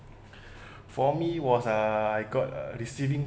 for me was uh I got uh receiving